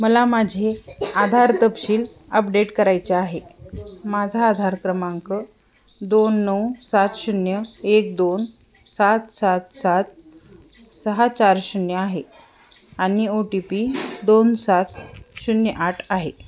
मला माझे आधार तपशील अपडेट करायचे आहे माझा आधार क्रमांक दोन नऊ सात शून्य एक दोन सात सात सात सहा चार शून्य आहे आणि ओ टी पी दोन सात शून्य आठ आहे